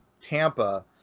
Tampa